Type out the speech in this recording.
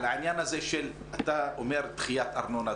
העניין הזה של אתה אומר דחיית ארנונה,